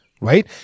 right